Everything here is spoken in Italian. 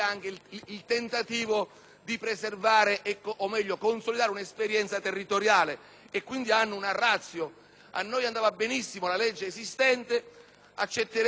di preservare o, meglio, consolidare un'esperienza territoriale e, quindi, hanno una *ratio*. A noi andava benissimo la legge esistente; vorremmo una soglia